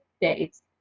days